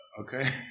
okay